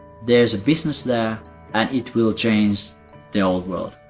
there's a business there and it will change the whole world